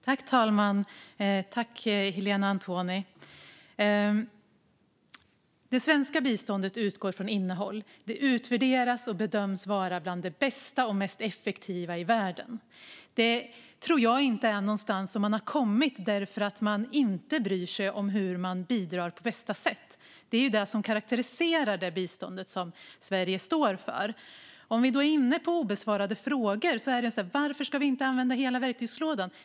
Fru talman! Det svenska biståndet utgår från innehåll. Det utvärderas och bedöms vara bland de bästa och mest effektiva i världen. Jag tror inte att man har kommit dit genom att inte bry sig om hur man bidrar på bästa sätt. Det är ju det som karakteriserar det bistånd som Sverige står för. Om vi är inne på obesvarade frågor - varför ska vi inte använda hela verktygslådan?